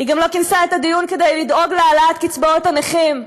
היא גם לא כינסה את הדיון כדי לדאוג להעלאת קצבאות הנכים,